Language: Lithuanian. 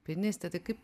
pianistė tai kaip